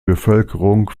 bevölkerung